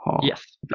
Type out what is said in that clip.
Yes